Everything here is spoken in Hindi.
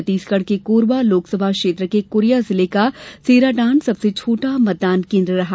छत्तीसगढ़ के कोरबा लोकसभा क्षेत्र के कोरिया जिले का सेराडांड सबसे छोटा मतदान केन्द्र रहा